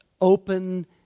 open